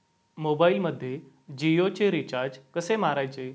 मोबाइलमध्ये जियोचे रिचार्ज कसे मारायचे?